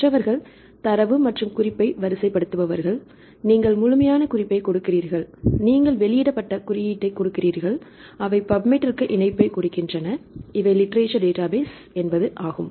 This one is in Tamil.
மற்றவர்கள் தரவு மற்றும் குறிப்பை வரிசைப்படுத்துபவர்கள் நீங்கள் முழுமையான குறிப்பைக் கொடுக்கிறீர்கள் நீங்கள் வெளியிடப்பட்ட குறியீட்டைக் கொடுக்கிறீர்கள் அவை பப்மெடிற்கு இணைப்பைக் கொடுக்கின்றன இவை லிட்ரேசர் டேட்டாபேஸ் ஆகும்